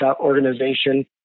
organization